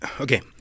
Okay